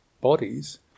bodies